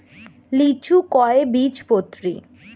লিচু কয় বীজপত্রী?